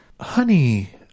Honey